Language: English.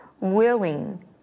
willing